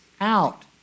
out